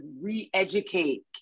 re-educate